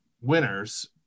winners